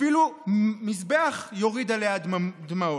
אפילו מזבח יוריד עליה דמעות,